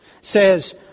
says